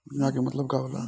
बीमा के मतलब का होला?